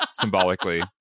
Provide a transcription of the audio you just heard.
symbolically